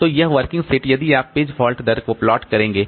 तो यह working set यदि आप पेज फॉल्ट दर को प्लॉट करेंगे